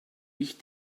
ich